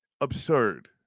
absurd